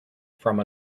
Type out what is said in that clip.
from